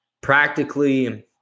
practically